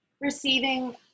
receiving